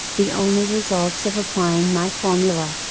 the only results of applying my formula.